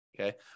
Okay